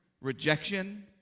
rejection